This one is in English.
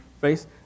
face